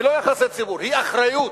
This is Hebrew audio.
היא לא יחסי ציבור, היא אחריות.